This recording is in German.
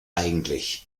eigentlich